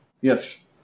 Yes